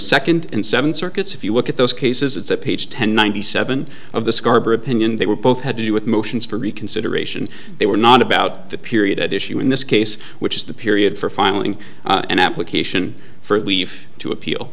second and seven circuits if you look at those cases it's at page ten ninety seven of the scarboro opinion they were both had to do with motions for reconsideration they were not about the period at issue in this case which is the period for filing an application for leave to appeal